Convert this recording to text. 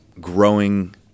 growing